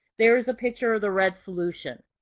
there's a picture of the red solution.